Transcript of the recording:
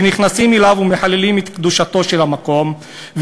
שנכנסים אליו ומחללים את קדושתו של המקום,